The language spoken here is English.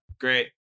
great